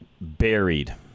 buried